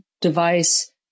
device